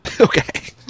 Okay